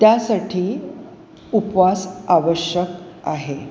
त्यासाठी उपवास आवश्यक आहे